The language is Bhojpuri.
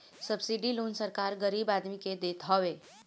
सब्सिडी लोन सरकार गरीब आदमी के देत हवे